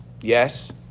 Yes